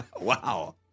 Wow